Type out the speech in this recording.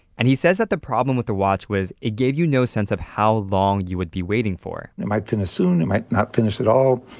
and he says that the problem with the watch was it gave you no sense of how long you would be waiting for and it might finish soon. it might not finish at all.